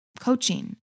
coaching